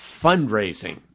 fundraising